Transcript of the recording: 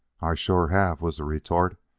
i sure have, was the retort,